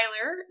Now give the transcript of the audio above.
Tyler